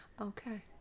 okay